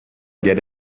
get